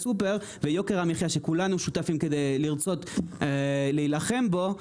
הרגולציה מתחילה ביוקר המחיה שאנחנו כולנו רוצים להילחם בו.